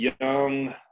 young